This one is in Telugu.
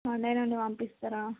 మండే నుండి పంపిస్తారా